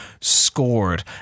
scored